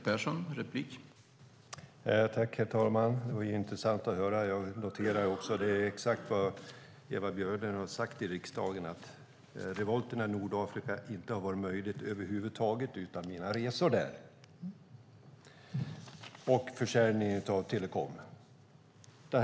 Herr talman! Det var intressant att höra. Jag noterar att det är exakt vad Ewa Björling har sagt i riksdagen: att revolterna i Nordafrika inte hade varit möjliga över huvud taget utan hennes resor där och försäljningen av telekomutrustning.